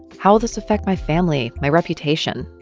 how will this affect my family, my reputation?